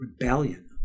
rebellion